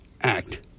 Act